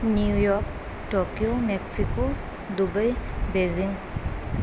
New York Tokyo Mexico Dubai Beijing